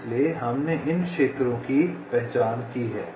इसलिए हमने इन क्षेत्रों की पहचान की है